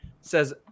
says